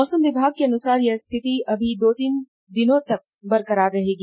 मौसम विभाग के अनुसार यह स्थिति अभी दो तीन दिनों तक बरकरार रहेगी